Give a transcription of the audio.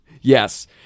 Yes